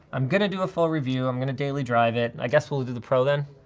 i'm gonna do a full review, i'm gonna daily drive it. i guess we'll do the pro then?